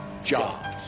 Jobs